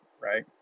right